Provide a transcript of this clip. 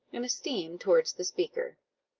and esteem towards the speaker.